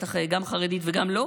בטח גם חרדית וגם לא,